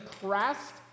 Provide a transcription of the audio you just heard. pressed